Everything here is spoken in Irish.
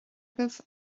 agaibh